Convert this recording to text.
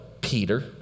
Peter